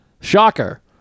shocker